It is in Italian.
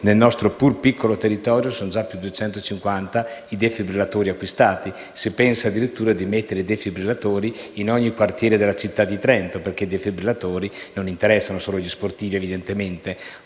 Nel nostro pur piccolo territorio, sono già più di 250 i defibrillatori acquistati e si pensa addirittura di mettere i defibrillatori in ogni quartiere della città di Trento. I defibrillatori infatti non interessano solo gli sportivi, perché